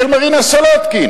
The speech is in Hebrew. של מרינה סולודקין.